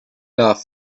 love